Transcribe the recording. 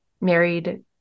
married